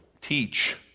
teach